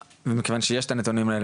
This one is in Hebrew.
מכיוון שיש את הנתונים האלה,